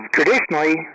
Traditionally